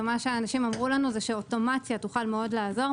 אנשים אמרו לנו שאוטומציה תוכל לעזור,